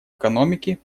экономики